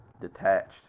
detached